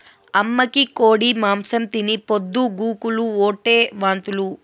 అమ్మకి కోడి మాంసం తిని పొద్దు గూకులు ఓటే వాంతులు